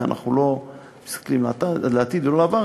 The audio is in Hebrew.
ואנחנו מסתכלים לעתיד ולא לעבר.